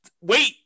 Wait